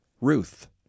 Ruth